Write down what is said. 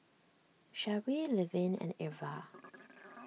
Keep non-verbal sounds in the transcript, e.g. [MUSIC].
Sharee Levin and Irva [NOISE]